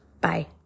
Bye